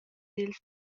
dils